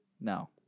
no